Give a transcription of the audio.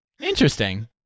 Interesting